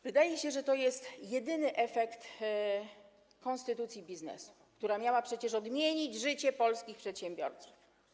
Wydaje się, że to jest jedyny efekt konstytucji biznesu, która miała przecież odmienić życie polskich przedsiębiorców.